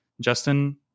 Justin